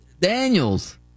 Daniels